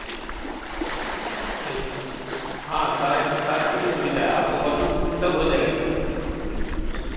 ٹھیک ہے ٹھیک ہے تھینک یو ہاں سارے سارے چیز کا سویدھا ہے آپ کو واشنگ واشنگ سب ہو جائے گا یہاں ہوں